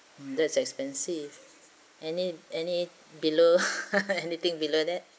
mm that's expensive any any below anything below that